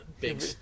big